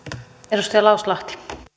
arvoisa